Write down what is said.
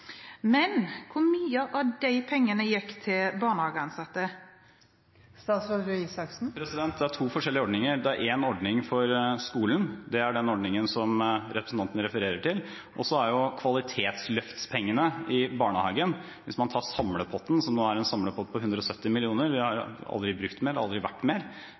Men hvor mye av de pengene gikk til barnehageansatte? Det er to forskjellige ordninger. Det er én ordning for skolen. Det er den ordningen som representanten refererer til. Så er det kvalitetsløftpengene i barnehagen. Hvis man tar samlepotten som er på 170 mill. kr, har vi aldri brukt mer, det har aldri vært mer.